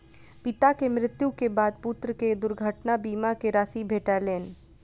पिता के मृत्यु के बाद पुत्र के दुर्घटना बीमा के राशि भेटलैन